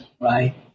right